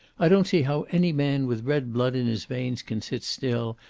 i don't see how any man with red blood in his veins can sit still,